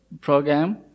program